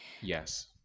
Yes